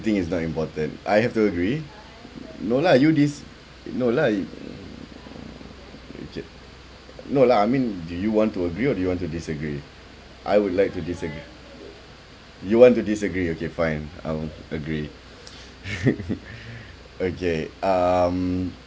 think it's not important I have to agree no lah you this no lah mm no lah I mean do you want to agree or do you want to disagree I would like to disagree you want to disagree okay fine I'll agree okay um